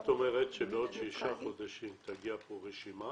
את אומרת שבעוד שישה חודשים תגיע לפה רשימה